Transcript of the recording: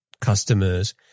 customers